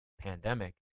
pandemic